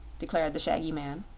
declared the shaggy man.